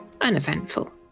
uneventful